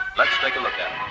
let's take a look at